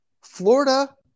Florida